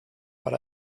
but